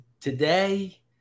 today